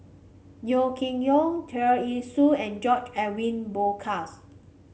Yeo King Yong Tear Ee Soon and George Edwin Bogaars